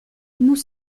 nous